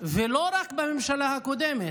ולא רק בממשלה הקודמת,